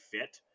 fit